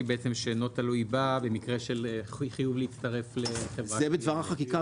שאינו תלוי בה במקרה של חיוב להצטרף לחברה קיימת.